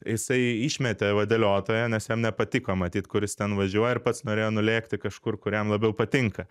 jisai išmetė vadeliotoją nes jam nepatiko matyt kur jis ten važiuoja ir pats norėjo nulėkti kažkur kur jam labiau patinka